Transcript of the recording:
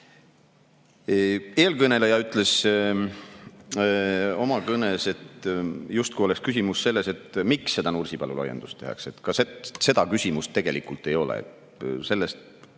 Eelkõneleja ütles oma kõnes, justkui oleks küsimus selles, miks seda Nursipalu laiendust tehakse. Ka seda küsimust tegelikult ei ole. Sellest,